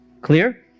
Clear